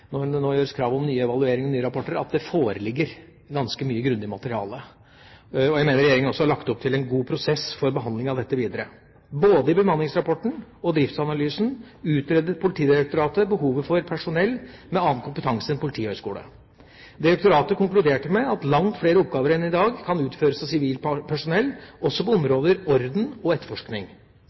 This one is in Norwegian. når det nå gjøres krav om nye evalueringer og nye rapporter, at det foreligger ganske mye grundig materiale. Jeg mener regjeringa også har lagt opp til en god prosess for behandling av dette videre. Både i bemanningsrapporten og i driftsanalysen utredet Politidirektoratet behovet for personell med annen kompetanse enn politihøgskole. Direktoratet konkluderte med at langt flere oppgaver enn i dag kan utføres av sivilt personell, også på områdene orden og etterforskning.